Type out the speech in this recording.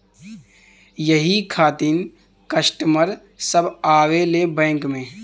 यही खातिन कस्टमर सब आवा ले बैंक मे?